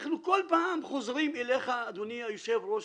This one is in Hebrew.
אנחנו כל פעם חוזרים אליך לכאן, אדוני היושב-ראש,